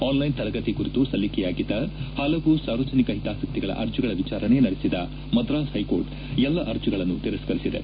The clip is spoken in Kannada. ಆನ್ಲ್ಟೆನ್ ತರಗತಿ ಕುರಿತು ಸಲ್ಲಿಕೆಯಾಗಿದ್ದ ಹಲವು ಸಾರ್ವಜನಿಕ ಹಿತಾಸಕ್ತಿಗಳ ಅರ್ಜಿಗಳ ವಿಚಾರಣೆ ನಡೆಸಿದ ಮದ್ರಾಸ್ ಹೈಕೋರ್ಟ್ ಎಲ್ಲ ಅರ್ಜಿಗಳನ್ನು ತಿರಸ್ಕರಿಸಿದೆ